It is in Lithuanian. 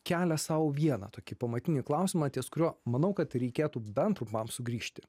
kelia sau vieną tokį pamatinį klausimą ties kuriuo manau kad reikėtų bent trumpam sugrįžti